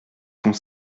pont